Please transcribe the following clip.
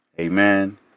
amen